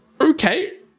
okay